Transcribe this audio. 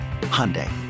Hyundai